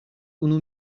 unu